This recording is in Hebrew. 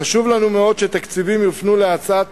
חשוב לנו מאוד שתקציבים יופנו להאצת